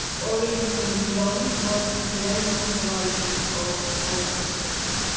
orienting beyond modern colonial horizons of higher education.